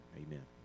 amen